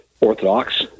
Orthodox